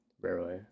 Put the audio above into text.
rarely